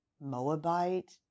Moabite